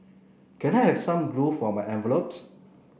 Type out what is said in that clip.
can I have some glue for my envelopes